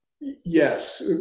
Yes